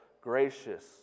gracious